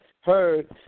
heard